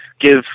give